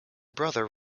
brother